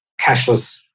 cashless